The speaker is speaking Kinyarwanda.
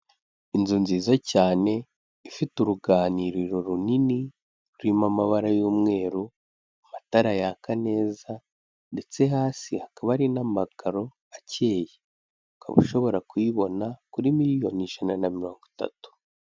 Inzu nziza cyane, ifite uruganiriro runini, rurimo amabara y'umweru, amatara yaka neza ndetse hasi hakaba hari n'amakaro akeye, ukaba ushobora kuyibona kuri miliyoni ijana na mirongo itatu.